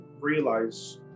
realize